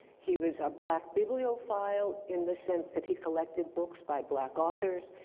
he was a black bibliophile in the sense that he collected books by black authors.